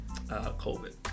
COVID